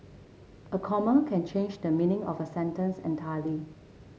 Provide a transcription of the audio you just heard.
a comma can change the meaning of a sentence entirely